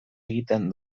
egiten